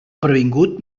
previngut